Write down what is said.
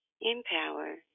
empower